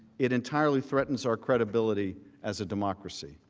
it entirely threatens our credibility as a democracy.